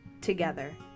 together